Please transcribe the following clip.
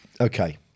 Okay